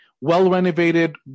Well-renovated